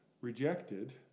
rejected